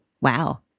Wow